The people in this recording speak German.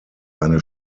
eine